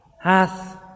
Hath